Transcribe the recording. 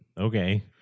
okay